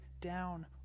down